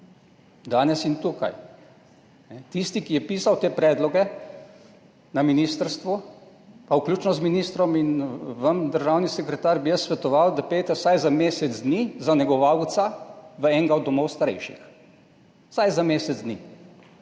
danes in tukaj. Tistemu, ki je pisal te predloge na ministrstvu, vključno z ministrom in vami, državni sekretar, bi jaz svetoval, da pojdite vsaj za mesec dni za negovalca v enega od domov za starejše, vsaj za mesec dni,